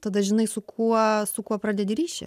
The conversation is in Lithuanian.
tada žinai su kuo su kuo pradedi ryšį